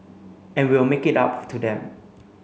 and we'll make it up to them